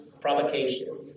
provocation